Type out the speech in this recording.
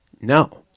No